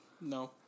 no